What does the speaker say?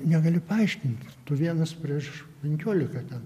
negali paaiškint tu vienas prieš penkiolika ten